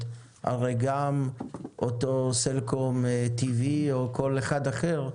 הרי גם לסלקום טי.וי או כל אחד אחר,